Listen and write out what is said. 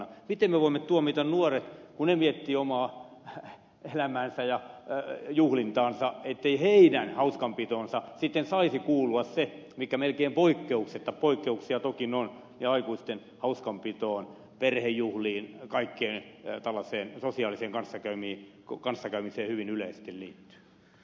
miten me voimme tuomita nuoret kun he miettivät omaa elämäänsä ja juhlintaansa ettei heidän hauskanpitoonsa sitten saisi kuulua se mikä melkein poikkeuksetta poikkeuksia toki on aikuisten hauskanpitoon perhejuhliin kaikkeen tällaiseen sosiaaliseen kanssakäymiseen hyvin yleisesti liittyy